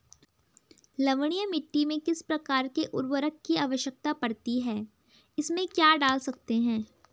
लवणीय मिट्टी में किस प्रकार के उर्वरक की आवश्यकता पड़ती है इसमें क्या डाल सकते हैं?